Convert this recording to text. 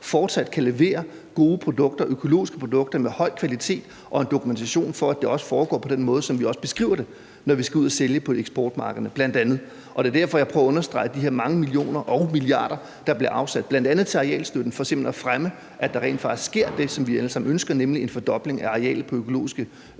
fortsat kan levere gode økologiske produkter af høj kvalitet og dokumentation for, at det også foregår på den måde, som vi beskriver, når vi skal ud at sælge på eksportmarkederne. Det er derfor, jeg prøver at understrege de her mange millioner og milliarder, der bliver afsat, bl.a. til arealstøtte, for simpelt hen at fremme, at der rent faktisk sker det, som vi alle sammen ønsker, nemlig en fordobling af arealet for økologisk